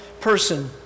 person